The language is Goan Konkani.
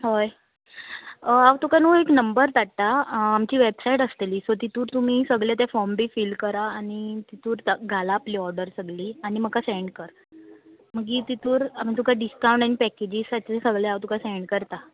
हय हांव तुका न्हू एक नंबर धाडटा आमची वेबसायट आसतली सो तितूर तुमी सगले ते फॉर्म बी फील करा आनी तितूर घाला आपली ऑर्डर सगली आनी म्हाका सेंड कर मागीर तितूर तुका डिस्कावंट आनी पॅकेजीसाचे सगळे हांव तुका सेंड करता